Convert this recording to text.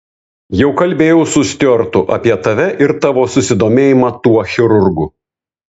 jau kalbėjau su stiuartu apie tave ir tavo susidomėjimą tuo chirurgu